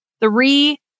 three